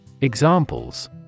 Examples